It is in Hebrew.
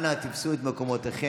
אנא, תפסו את מקומותיכם.